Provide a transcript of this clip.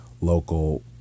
local